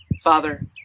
Father